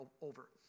over